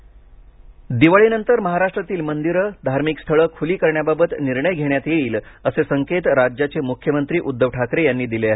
महाराष्ट् मंदिरे दिवाळीनंतर महाराष्ट्रातली मंदिरे धार्मिक स्थळे खुली करण्याबाबत निर्णय घेण्यात येईल असे संकेत राज्याचे मुख्यमंत्री उद्दव ठाकरे यांनी दिले आहेत